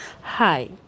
hi